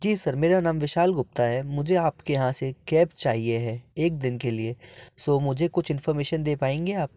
जी sir मेरा नाम विशाल गुप्ता है मुझे आपके यहाँ से कैप चाहिए है एक दिन के लिए सो मुझे कुछ इनफार्मेशन दे पाएँगे आप